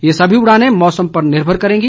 यह सभी उड़ाने मौसम पर निर्मर करेंगी